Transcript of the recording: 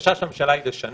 הבקשה של הממשלה היא לשנה,